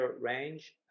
range